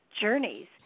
journeys